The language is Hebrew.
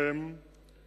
את